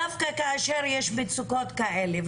דווקא כאשר יש מצוקות כאלה.